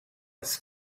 his